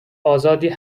آزادی